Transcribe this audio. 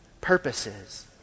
purposes